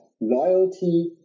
loyalty